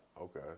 Okay